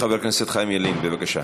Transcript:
חבר הכנסת חיים ילין, בבקשה.